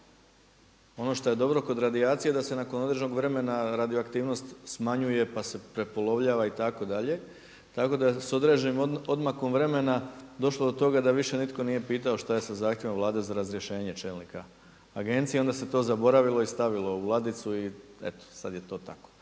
Ono što je dobro kod radijacije da se nakon određenog vremena radioaktivnost smanjuje, pa se prepolovljava itd. Tako da sa određenim odmakom vremena došlo do toga da više nitko nije pitao šta je sa zahtjevom Vlade za razrješenje čelnika agencije, onda se to zaboravilo i stavilo u ladicu i eto sad je to tako.